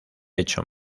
hecho